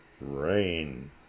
rain